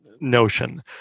notion